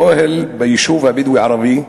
אוהל ביישוב הבדואי-ערבי,